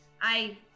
I-